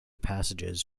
passages